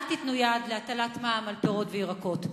אל תיתנו יד להטלת מע"מ על פירות וירקות.